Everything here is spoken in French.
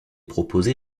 proposé